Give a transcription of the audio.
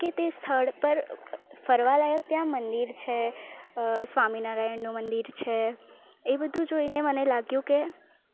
કે તે સ્થળ પર ફરવા લાયક ત્યાં મંદિર છે સ્વામિનારાયણનું મદિર છે એ બધુ જોઈને મને લાગ્યું કે